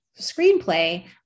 screenplay